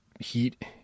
heat